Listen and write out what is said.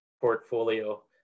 portfolio